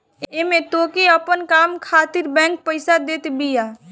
एमे तोहके अपन काम खातिर बैंक पईसा देत बिया